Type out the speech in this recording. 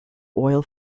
oil